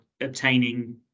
obtaining